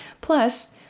Plus